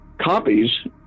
copies